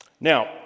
Now